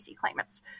claimants